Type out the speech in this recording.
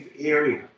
area